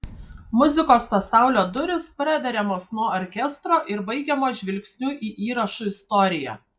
muzikos pasaulio durys praveriamos nuo orkestro ir baigiamos žvilgsniu į įrašų istoriją